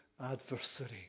adversary